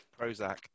Prozac